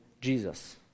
Jesus